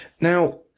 Now